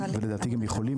ולדעתי גם יכולים,